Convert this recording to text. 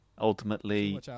ultimately